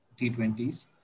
T20s